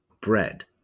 Bread